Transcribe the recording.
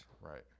Right